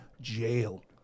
jail